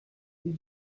did